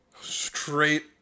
straight